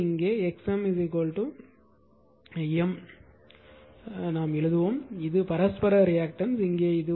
எனவே இங்கே x M M ஐ எழுதுங்கள் இது பரஸ்பர ரியாக்டன்ஸ்